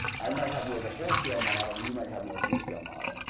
i might have more of a wholesale model and you might have more of a retail model,